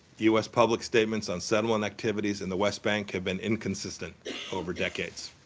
u s. public statements on settlement activities in the west bank have been inconsistent over decades.